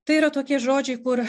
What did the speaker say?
tai yra tokie žodžiai kur